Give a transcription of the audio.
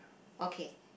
okay